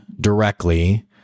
directly